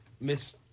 Miss